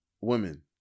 women